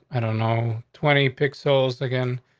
i don't know. twenty pixels again.